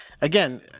Again